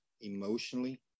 emotionally